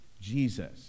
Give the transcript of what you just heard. Jesus